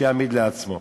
שיעמיד לעצמו,